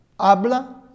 Habla